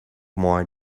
more